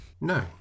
no